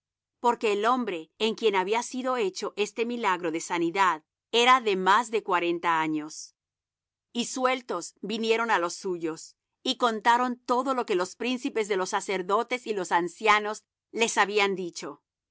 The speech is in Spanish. porque el hombre en quien había sido hecho este milagro de sanidad era de más de cuarenta años y sueltos vinieron á los suyos y contaron todo lo que los príncipes de los sacerdotes y los ancianos les habían dicho